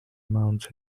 amounts